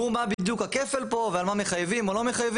והיא מה בדיוק הכפל פה ועל מה מחייבים או לא מחייבים.